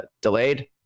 delayed